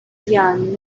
young